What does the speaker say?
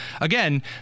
again